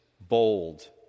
bold